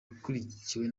yakurikiwe